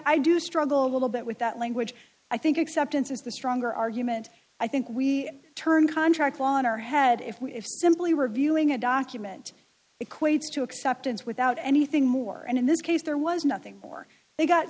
do struggle a little bit with that language i think acceptance is the stronger argument i think we turn contract law on our head if we if simply reviewing a document equates to acceptance without anything more and in this case there was nothing more they got